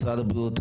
משרד הבריאות,